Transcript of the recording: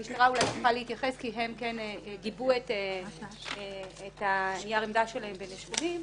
המשטרה אולי צריכה להתייחס כי הם גיבו את נייר העמדה שלהם בנתונים.